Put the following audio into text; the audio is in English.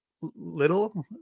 little